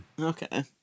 Okay